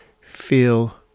feel